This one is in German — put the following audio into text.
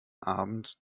abend